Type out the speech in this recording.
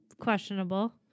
Questionable